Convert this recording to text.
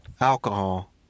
Alcohol